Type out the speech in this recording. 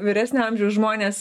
vyresnio amžiaus žmonės